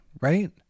right